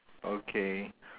okay